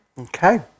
Okay